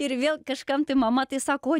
ir vėl kažkam tai mama tai sako o